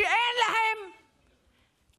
צעירים שאין להם תעסוקה,